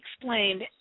explained